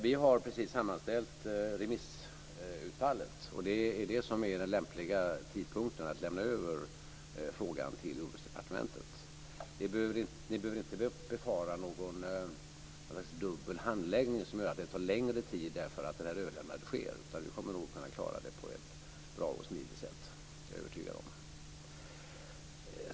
Vi har precis sammanställt remissutfallet, och då är det en lämplig tidpunkt att lämna över frågan till Jordbruksdepartementet. Ni behöver inte befara någon dubbel handläggning som gör att det skulle ta längre tid. Vi kommer nog att kunna klara det på ett bra och smidigt sätt, det är jag övertygad om.